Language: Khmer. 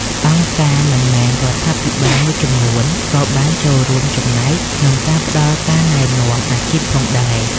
អង្គការមិនមែនរដ្ឋាភិបាលមួយចំនួនក៏បានចូលរួមចំណែកក្នុងការផ្តល់ការណែនាំអាជីពផងដែរ។